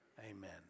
amen